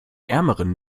ärmeren